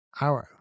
arrow